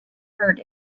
heard